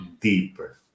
deeper